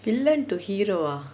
villain to hero ah